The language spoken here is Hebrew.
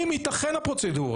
אם תיתכן הפרוצדורה.